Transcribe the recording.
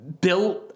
built